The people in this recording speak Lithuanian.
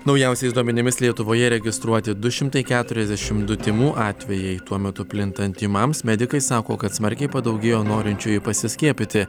naujausiais duomenimis lietuvoje registruoti du šimtai keturiasdešimt du tymų atvejai tuo metu plintant tymams medikai sako kad smarkiai padaugėjo norinčiųjų pasiskiepyti